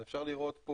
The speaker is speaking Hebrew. הדלקים.